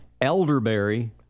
elderberry